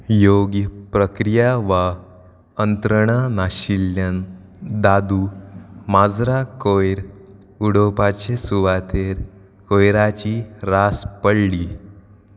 योग्य प्रक्रिया वा यंत्रणां नाशिल्ल्यान दादू माजरां कोयर उडोवपाचे सुवातेर कोयराची रास पडली